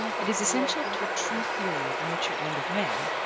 it is essential to a true theory of nature and of man,